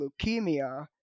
leukemia